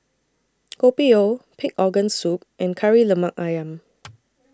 Kopi O Pig Organ Soup and Kari Lemak Ayam